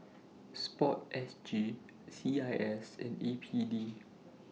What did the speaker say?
Sport S G C I S and A P D